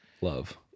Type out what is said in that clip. love